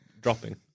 dropping